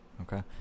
okay